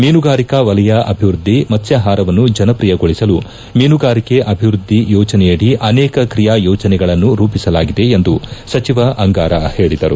ಮೀನುಗಾರಿಕಾ ವಲಯ ಅಭಿವೃದ್ದಿ ಮತ್ಸ್ ಹಾರವನ್ನು ಜನಪ್ರಿಯಗೊಳಿಸಲು ಮೀನುಗಾರಿಕೆ ಅಭಿವೃದ್ದಿ ಯೋಜನೆಯಡಿ ಅನೇಕ ತ್ರಿಯಾ ಯೋಜನೆಗಳನ್ನು ರೂಪಿಸಲಾಗಿದೆ ಎಂದು ಸಚಿವ ಅಂಗಾರ ಹೇಳಿದರು